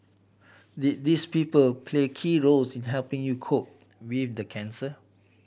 did these people play key roles in helping you cope with the cancer